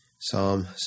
Psalm